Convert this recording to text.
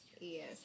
Yes